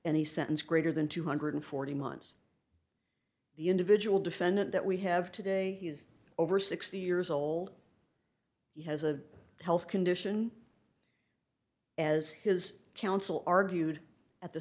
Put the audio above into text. the sentence greater than two hundred and forty months the individual defendant that we have today is over sixty years old he has a health condition as his counsel argued at the